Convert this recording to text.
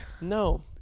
No